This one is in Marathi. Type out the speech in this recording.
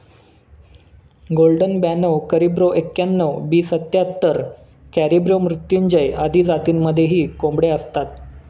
गोल्डन ब्याणव करिब्रो एक्याण्णण, बी सत्याहत्तर, कॅरिब्रो मृत्युंजय आदी जातींमध्येही कोंबड्या असतात